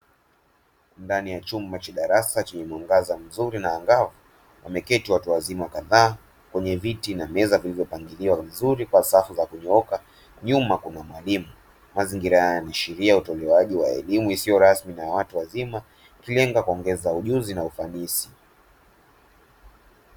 Ndani ya chumba cha darasa chenye mwangaza mzuri na angavu, wameketi watu wazima kadhaa kwenye viti na meza zilivyopangiliwa vizuri kwa safu za kunyooka, nyuma kuna mwalimu mazingira haya yanaashiria utolewaji wa elimu isiyo rasmi ya watu wazima ikilenga kujenga ujuzi na ufanisi.